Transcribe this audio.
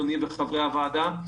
אדוני וחברי הוועדה,